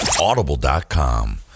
Audible.com